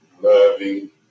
loving